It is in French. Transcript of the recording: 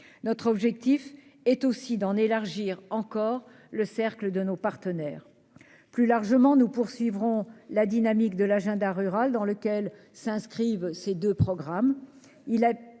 Notre objectif est aussi d'élargir encore le cercle de nos partenaires. Plus largement, nous poursuivrons dans la dynamique de l'agenda rural, au sein duquel s'inscrivent ces deux mesures.